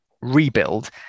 rebuild